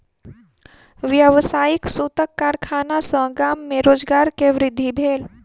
व्यावसायिक सूतक कारखाना सॅ गाम में रोजगार के वृद्धि भेल